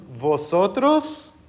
vosotros